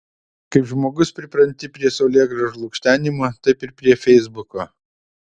kaip žmogus pripranti prie saulėgrąžų lukštenimo taip ir prie feisbuko